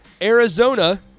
Arizona